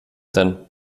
denn